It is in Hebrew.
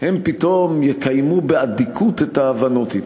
פתאום הם יקיימו באדיקות את ההבנות אתם.